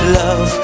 love